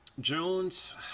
Jones